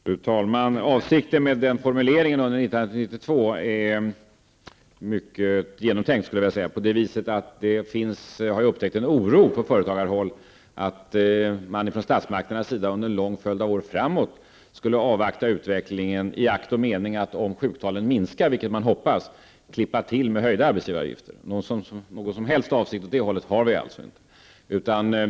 Fru talman! Avsikten med formuleringen ''under 1992'' är mycket genomtänkt. Jag har upptäckt att det på företagarhåll finns en oro för att man från statsmakterna under en lång följd av år framöver skulle avvakta utvecklingen i akt och mening att klippa till med höjda arbetsgivaravgifter om -- vilket man hoppas -- sjuktalen minskar. Någon sådan avsikt finns alltså inte.